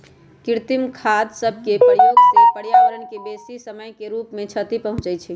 कृत्रिम खाद सभके प्रयोग से पर्यावरण के बेशी समय के रूप से क्षति पहुंचइ छइ